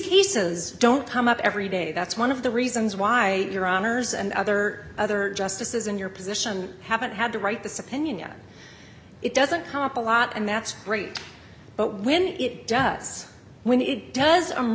cases don't come up every day that's one of the reasons why your honour's and other other justices in your position haven't had to write this opinion yet it doesn't come up a lot and that's great but when it does when it does